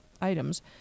items